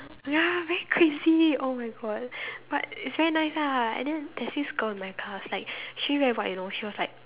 ya very crazy oh-my-God but it's very nice lah and then there's this girl in my class like she really very what you know she was like